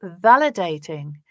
validating